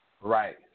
right